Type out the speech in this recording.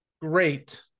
great